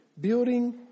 building